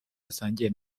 yasangiye